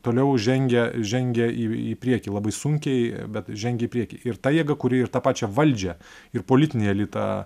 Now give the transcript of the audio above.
toliau žengia žengia į į priekį labai sunkiai bet žengia į priekį ir ta jėga kuri ir tą pačią valdžią ir politinį elitą